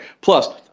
Plus